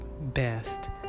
best